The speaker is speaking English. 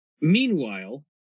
Meanwhile